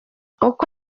uko